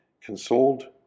consoled